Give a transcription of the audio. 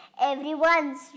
Everyone's